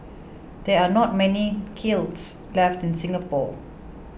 there are not many kilns left in Singapore